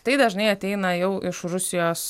tai dažnai ateina jau iš rusijos